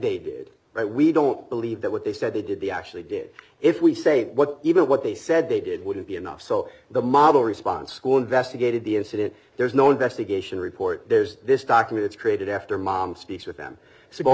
they did but we don't believe that what they said they did they actually did if we say what even what they said they did wouldn't be enough so the model response school investigated the incident there's no investigation report there's this document it's created after mom speaks with them so